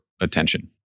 Attention